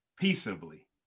peaceably